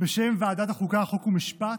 בשם ועדת החוקה, חוק ומשפט,